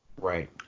Right